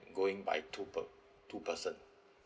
going by two per two person